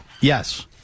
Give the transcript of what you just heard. Yes